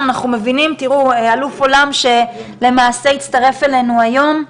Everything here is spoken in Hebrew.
אנחנו מבינים, אלוף עולם שלמעשה הצטרף אלינו היום,